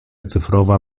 cyfrowa